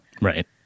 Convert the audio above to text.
Right